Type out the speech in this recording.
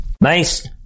Nice